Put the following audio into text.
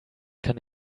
kann